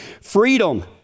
freedom